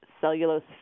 cellulose